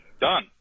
done